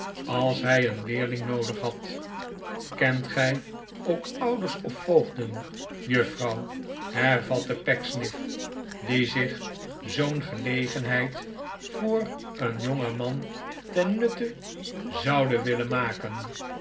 als hij een leerling noodig had kent gij ook ouders of voogden juffrouw hervatte pecksniff die zich zoo'n gelegenheid voor een jongeman ten nutte zouden willen maken